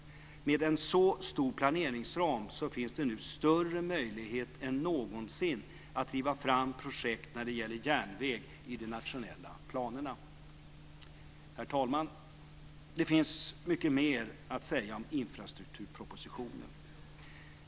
Med en så stor planeringsram finns det nu större möjlighet än någonsin att driva fram projekt när det gäller järnväg i de nationella planerna. Herr talman! Det finns mycket mer att säga om infrastrukturpropositionen.